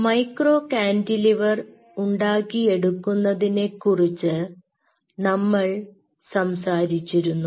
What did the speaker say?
micro cantilever ഉണ്ടാക്കിയെടുക്കുന്നതിനെക്കുറിച്ച് നമ്മൾ സംസാരിച്ചിരുന്നു